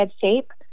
shape